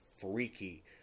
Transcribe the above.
freaky